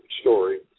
story